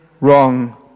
wrong